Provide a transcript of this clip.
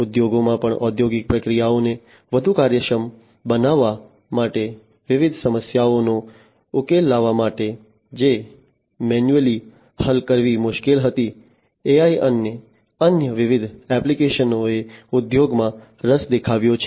ઉદ્યોગોમાં પણ ઔદ્યોગિક પ્રક્રિયાઓને વધુ કાર્યક્ષમ બનાવવા માટે વિવિધ સમસ્યાઓનો ઉકેલ લાવવા માટે જે મેન્યુઅલી હલ કરવી મુશ્કેલ હતી AI અને અન્ય વિવિધ એપ્લિકેશનો એ ઉદ્યોગોમાં રસ દેખવ્યો છે